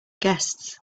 guests